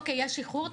יש איחור,